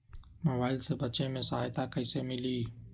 Mobile से बेचे में सहायता कईसे मिली?